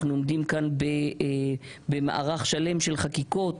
אנחנו עומדים כאן במערך שלם של חקיקות